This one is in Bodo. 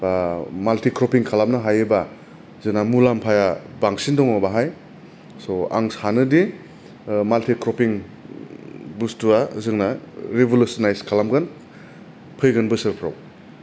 बा माल्टि क्रपिंक खालानो हायोबा जोंना मुलाम्फाया बांसिन दङ बाहाय स' आं सानो दि माल्टिक्रपिंक बुस्टुवा जोंना रिबुलसनाइस खालामगोन फैगोन बोसोरफ्राव